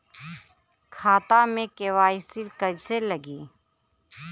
खाता में के.वाइ.सी कइसे लगी?